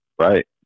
Right